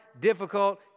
difficult